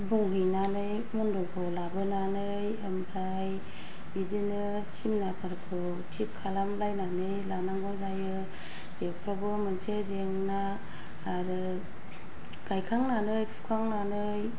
बुंहैनानै मन्दलखौ लाबोनानै ओमफ्राय बिदिनो सिमाफोरखौ थिख खालामलायनानै लानांगौ जायो बेफोरावबो मोनसे जेंना आरो गायखांनानै फुखांनानै